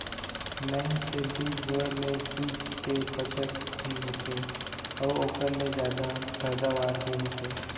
line से बीज बोए ले बीच के बचत भी होथे अउ ओकर ले जादा पैदावार भी होथे